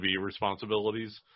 responsibilities